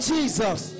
Jesus